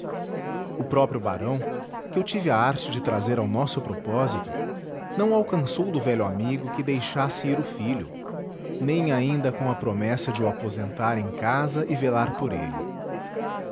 o próprio barão que eu tive a arte de trazer ao nosso propósito não alcançou do velho amigo que deixasse ir o filho nem ainda com a promessa de o aposentar em casa e velar por ele